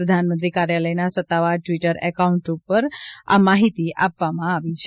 પ્રધાનમંત્રી કાર્યલયના સત્તાવાર ટ્વિટર એકાઉન્ટ ઉપર આ માહિતી આપવામાં આવી છે